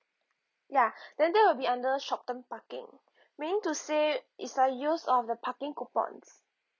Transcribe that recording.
ya then that'll be under short term parking meaning to say it's a use of the parking coupons